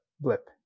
blip